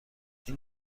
این